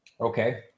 Okay